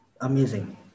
amazing